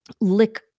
lick